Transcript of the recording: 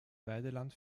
weideland